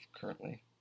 currently